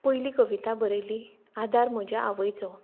पयली कविता बरयली आदार म्हज्या आवयचो